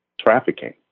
trafficking